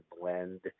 blend